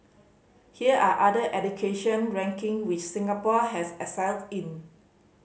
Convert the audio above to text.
here are other education ranking which Singapore has excelled in